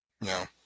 No